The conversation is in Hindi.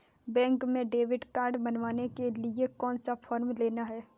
बैंक में डेबिट कार्ड बनवाने के लिए कौन सा फॉर्म लेना है?